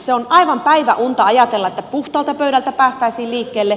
se on aivan päiväunta ajatella että puhtaalta pöydältä päästäisiin liikkeelle